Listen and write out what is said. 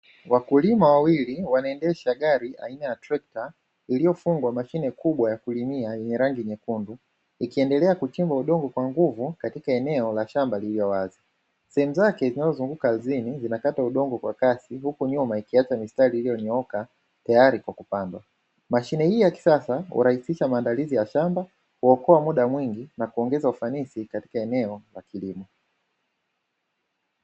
Wakulima wawili wanaendesha gari aina ya trekta iliyofungwa majembe makubwa ya kulimia, yenye rangi nyekundu ikiendelea kuchimba udongo kwa nguvu katika eneo la shamba lililo wazi sehemu zake zinazozunguka zinakata udongo kwa kasi huku nyuma ikiacha mistari iliyonyooka tayari kwa kupanda, mashine hii ya kisasa uraisisha maandalizi ya shamba kuokoa muda mwingi na kuongeza ufanisi katika eneo la kilimo.